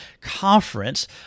conference